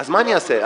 אז מה אני אעשה?